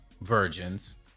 virgins